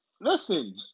listen